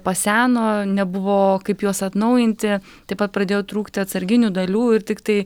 paseno nebuvo kaip juos atnaujinti taip pat pradėjo trūkti atsarginių dalių ir tiktai